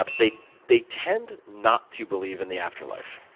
ah they they tend not to believe in the afterlife.